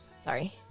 sorry